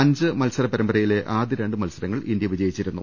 അഞ്ച് മത്സര പരമ്പരയിലെ ആദ്യ രണ്ട് മത്സരങ്ങൾ ഇന്ത്യ വിജയിച്ചിരുന്നു